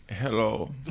Hello